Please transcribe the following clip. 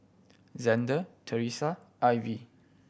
Xander Theresia Ivy